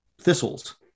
thistles